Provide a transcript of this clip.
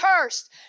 cursed